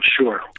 sure